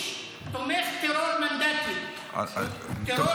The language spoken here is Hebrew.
האיש תומך טרור מנדטים, טרור מנדטים.